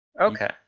okay